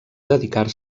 dedicar